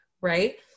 Right